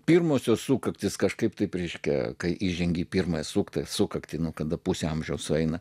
pirmosios sukaktis kažkaip tai reiškia kai įžengė į pirmąją suktą sukaktį nuo kada pusę amžiaus sueina